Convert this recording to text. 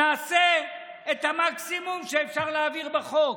נעשה את המקסימום שאפשר להעביר בחוק.